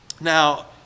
Now